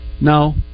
No